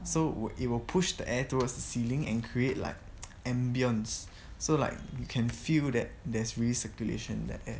so it will push the air towards the ceiling and create like ambiance so like you can feel that there's really circulation that eh